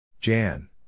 Jan